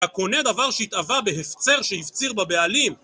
הקונה דבר שהתאווה בהפצר שהפציר בבעלים